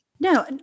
No